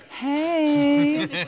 Hey